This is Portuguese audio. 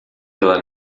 pela